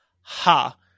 ha